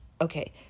Okay